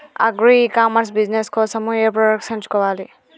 Agri e commerce business కోసము ఏ products ఎంచుకోవాలి?